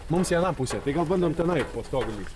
mums į aną pusę tai gal bandom tenai po stogu lįst